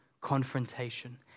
confrontation